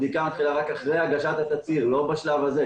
רק אחרי הגשת התצהיר ולא בשלב הזה.